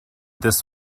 this